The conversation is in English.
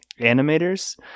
animators